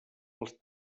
pels